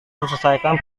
menyelesaikan